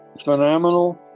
phenomenal